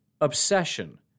obsession